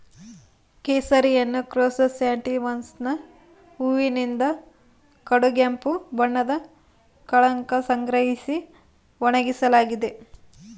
ಕೇಸರಿಯನ್ನುಕ್ರೋಕಸ್ ಸ್ಯಾಟಿವಸ್ನ ಹೂವಿನಿಂದ ಕಡುಗೆಂಪು ಬಣ್ಣದ ಕಳಂಕ ಸಂಗ್ರಹಿಸಿ ಒಣಗಿಸಲಾಗಿದೆ